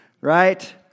Right